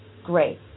Great